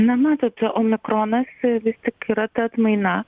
na matot omikronas vis tik yra ta atmaina